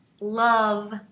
love